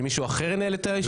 שמישהו אחר ינהל את הישיבה?